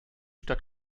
stadt